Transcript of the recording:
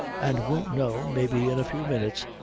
and won't know, maybe in a few minutes,